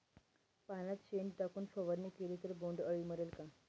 पाण्यात शेण टाकून फवारणी केली तर बोंडअळी मरेल का?